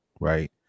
right